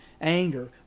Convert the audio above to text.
anger